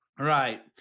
Right